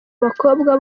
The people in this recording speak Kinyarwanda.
bakobwa